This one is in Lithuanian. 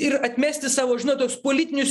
ir atmesti savo žinot tuos politinius